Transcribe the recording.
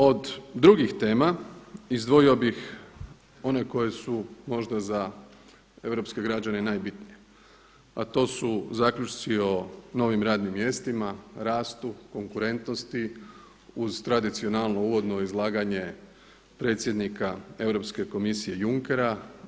Od drugih tema izdvojio bih one koje su možda za europske građane najbitnije, a to su zaključci o novim radnim mjestima, rastu, konkurentnosti uz tradicionalno uvodno izlaganje predsjednika Europske komisije Junckera.